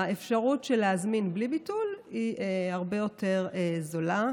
האפשרות של הזמנה בלי ביטול היא הרבה יותר זולה,